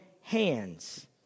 hands